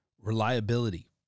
reliability